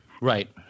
Right